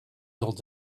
build